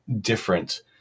different